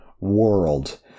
world